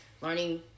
learning